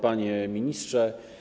Panie Ministrze!